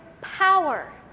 power